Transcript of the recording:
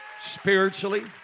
spiritually